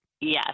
Yes